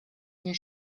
your